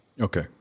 Okay